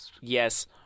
yes